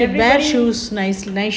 ya